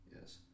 Yes